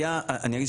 אני אגיד,